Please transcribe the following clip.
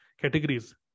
categories